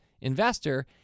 investor